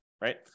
right